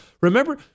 Remember